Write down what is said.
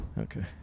Okay